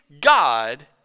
God